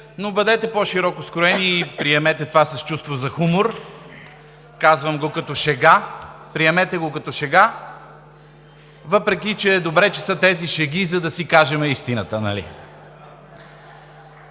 но бъдете по-широко скроени и приемете това с чувство за хумор. Казвам го като шега – приемете го като шега, въпреки че е добре, че са тези шеги, за да си кажем истината.